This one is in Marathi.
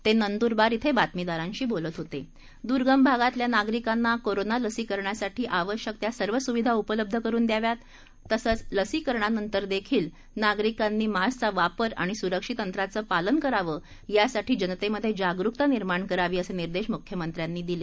ते नंदरबार दुर्गम भागातल्या नागरिकांना कोरोना लसीकरणासाठी आवश्यक त्या सर्व सुविधा उपलब्ध करून द्याव्यात आणि तसंच लसीकरणानंतरदेखील नागरिकांनी मास्कचा वापर आणि सुरक्षित अंतराचं पालन करावं यासाठी जनतेमध्ये जागरूकता निर्माण करावी असे निर्देश मुख्यमंत्र्यांनी दिले